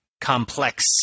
complex